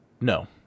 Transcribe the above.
No